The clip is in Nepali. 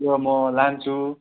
यो म लान्छु